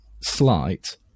slight